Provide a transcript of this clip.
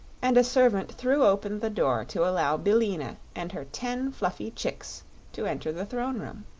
and a servant threw open the door to allow billina and her ten fluffy chicks to enter the throne-room.